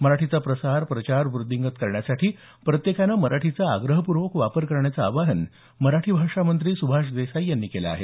मराठीचा प्रसार प्रचार व्रद्धिंगत करण्यासाठी प्रत्येकाने मराठीचा आग्रहपूर्वक वापर करण्याचं आवाहन मराठी भाषा मंत्री सुभाष देसाई यांनी केलं आहे